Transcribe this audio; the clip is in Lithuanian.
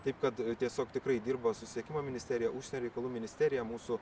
taip kad tiesiog tikrai dirba susisiekimo ministerija užsienio reikalų ministerija mūsų